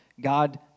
God